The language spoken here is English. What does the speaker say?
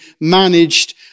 managed